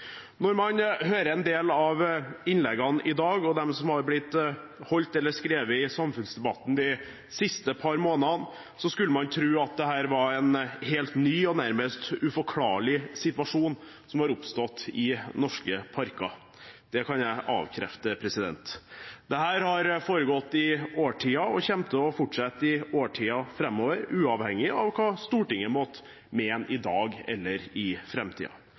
Når man hører en del av innleggene i dag, og dem som er blitt holdt eller skrevet i samfunnsdebatten de siste par månedene, skulle man tro at dette var en helt ny og nærmest uforklarlig situasjon som har oppstått i norske parker. Det kan jeg avkrefte. Dette har foregått i årtier og kommer til å fortsette i årtier framover, uavhengig av hva Stortinget måtte mene i dag eller i